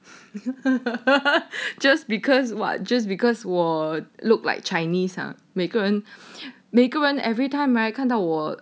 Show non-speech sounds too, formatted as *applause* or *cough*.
*laughs* just because what just because 我 look like chinese ah 每个人每个人 everytime right 看到我